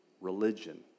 religion